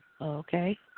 Okay